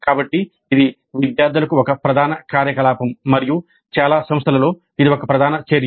కాబట్టి ఇది విద్యార్థులకు ఒక ప్రధాన కార్యకలాపం మరియు చాలా సంస్థలలో ఇది ఒక ప్రధాన చర్య